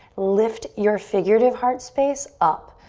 lift your figurative heart space up.